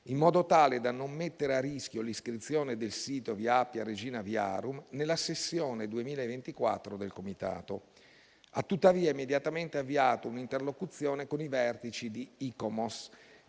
in modo tale da non mettere a rischio l'iscrizione del sito via Appia Regina Viarum nella sessione 2024 del Comitato. Ha tuttavia immediatamente avviato un'interlocuzione con i vertici di ICOMOS